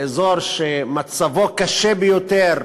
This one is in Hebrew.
באזור שמצבו קשה ביותר,